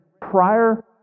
prior